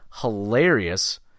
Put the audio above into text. Hilarious